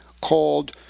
called